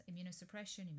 immunosuppression